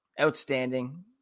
Outstanding